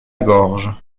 gorge